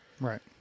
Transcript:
Right